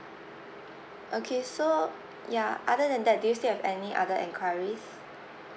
okay so ya other than that do you still have any other enquiries